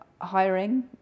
Hiring